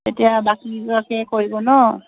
তেতিয়া বাকীগৰাকী কৰিব ন